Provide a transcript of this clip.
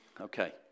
Okay